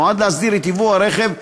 נועד להסדיר את ייבוא הרכב,